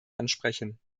ansprechen